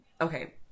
Okay